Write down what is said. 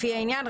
לפי העניין,